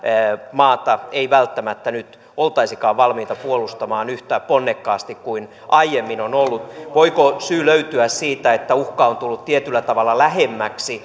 maata ei välttämättä nyt oltaisikaan valmiita puolustamaan yhtä ponnekkaasti kuin aiemmin on oltu voiko syy löytyä siitä että uhka on tullut tietyllä tavalla lähemmäksi